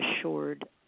Assured